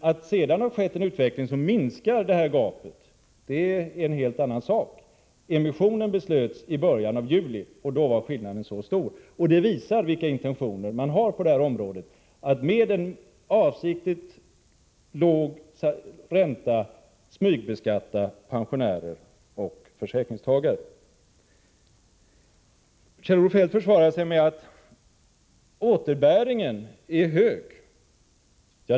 Att det sedan har varit en utveckling som minskar det här gapet är en helt annan sak. Emissionen beslöts i början av juli, och då var skillnaden så stor. Det visar vilka intentioner man har på detta område. Med en avsiktligt låg ränta smygbeskattar man pensionärer och försäkringstagare. Kjell-Olof Feldt försvarar sig med att återbäringen är hög.